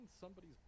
somebody's